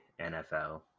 nfl